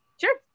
Sure